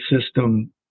system